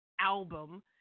album